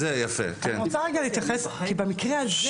במקרה הזה